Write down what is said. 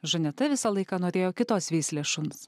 žaneta visą laiką norėjo kitos veislės šuns